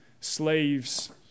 slaves